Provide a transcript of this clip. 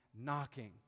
knocking